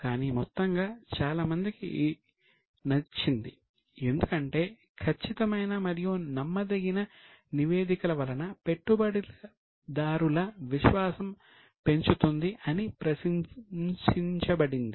కానీ మొత్తంగా ఇది చాలామందికి నచ్చింది ఎందుకంటే ఖచ్చితమైన మరియు నమ్మదగిన నివేదికల వలన పెట్టుబడిదారుల విశ్వాసం పెంచుతుంది అని ప్రశంసించబడింది